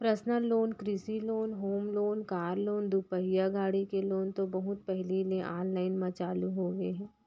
personal loan, कृषि loan, home loan, car loan, दुपहिया गाड़ी के लोन तो बहुत पहिली ले आनलाइन म चालू होगे हे